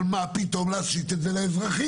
אבל מה פתאום להשית את זה על האזרחים?